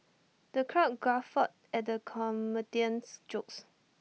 the crowd guffawed at the comedian's jokes